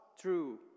true